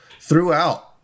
throughout